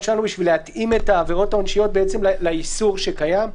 שלנו כדי להתאים את העבירות העונשיות לאיסור שקיים.